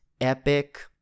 epic